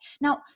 Now